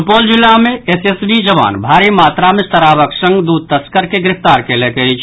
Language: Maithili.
सुपौल जिला मे एसएसबी जवान भारी मात्रा मे शराबक संग दू तस्कर के गिरफ्तार कयलक अछि